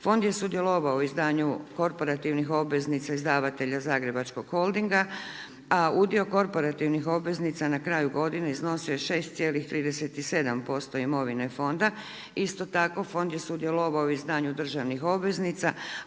Fond je sudjelovao u izdanju korporativnih obveznica izdavatelja Zagrebačkog Holdinga, a udio korporativnih obveznica na kraju godine iznosio je 6,37% imovine fonda. Isto tako fond je sudjelovao u izdavanju državnih obveznica